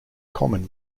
common